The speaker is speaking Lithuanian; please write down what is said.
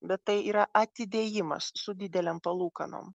bet tai yra atidėjimas su didelėm palūkanom